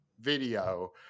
video